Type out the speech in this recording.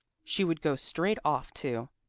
she would go straight off too.